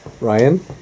Ryan